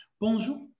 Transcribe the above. Bonjour